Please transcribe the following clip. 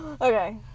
okay